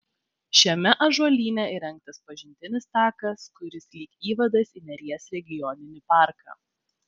šiame ąžuolyne įrengtas pažintinis takas kuris lyg įvadas į neries regioninį parką